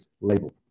label